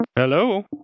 Hello